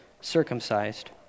circumcised